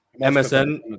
MSN